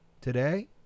Today